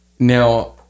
Now